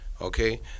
Okay